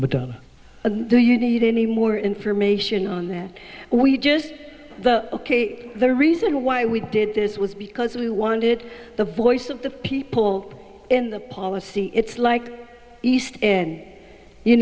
don't do you need any more information on that we just the ok the reason why we did this was because we wanted the voice of the people in the policy it's like east and you